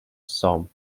somme